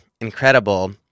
incredible